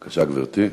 בבקשה, גברתי.